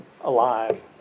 alive